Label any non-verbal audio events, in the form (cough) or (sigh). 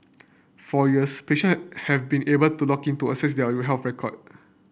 for years patient (unintelligible) have been able to log in to access your health record